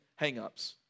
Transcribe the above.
hangups